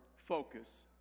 focus